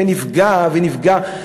נפגע ונפגע.